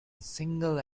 single